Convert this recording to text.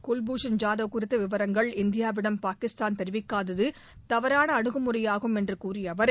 குல்பூஷன் ஜாதவ் குறித்த விவரங்களை இந்தியாவிடம் பாகிஸ்தான் தெரிவிக்காதது தவறான அணுகுமுறையாகும் என்று கூறிய அவர்